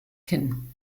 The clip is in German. kinn